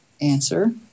answer